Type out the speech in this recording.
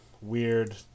weird